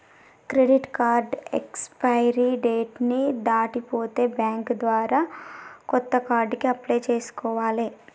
credit card expiry date ని దాటిపోతే bank ద్వారా కొత్త కార్డుకి అప్లై చేసుకోవాలే